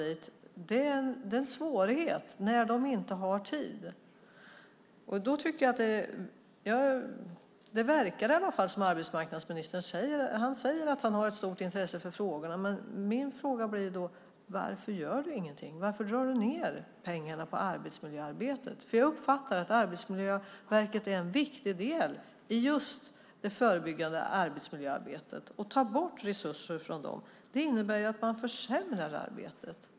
Det är en svårighet när de inte har tid. Arbetsmarknadsministern säger att han har ett stort intresse för frågorna, men min fråga blir då: Varför gör du ingenting och varför drar du ned på pengarna till arbetsmiljöarbetet? Jag uppfattar att Arbetsmiljöverket är en viktig del i just det förebyggande arbetsmiljöarbetet, och att ta bort resurser från dem innebär att man försämrar arbetet.